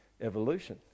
evolution